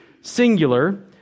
singular